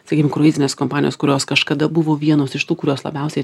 sakykim kruizinės kompanijos kurios kažkada buvo vienos iš tų kurios labiausiai